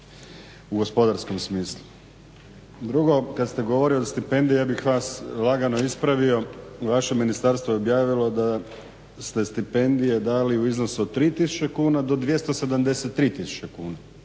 u gospodarskom smislu. Drugo kad ste govorili o stipendijama ja bih vas lagano ispravio. Vaše ministarstvo je objavilo da ste stipendije dali u iznosu od 3 tisuće kuna do 273 tisuće kuna.